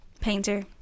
Painter